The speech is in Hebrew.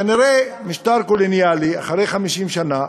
כנראה משטר קולוניאלי אחרי 50 שנה,